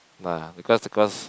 ah because cause